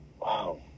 Wow